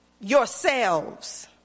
Yourselves